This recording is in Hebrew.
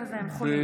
הם חולים.